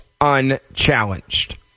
unchallenged